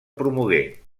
promogué